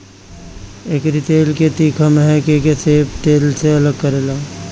एकरी तेल के तीखा महक एके सब तेल से अलग करेला